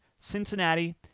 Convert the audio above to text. Cincinnati